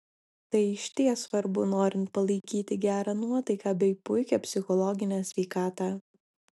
tai išties svarbu norint palaikyti gerą nuotaiką bei puikią psichologinę sveikatą